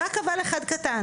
רק אבל אחד קטן,